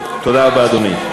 תודה רבה, אדוני.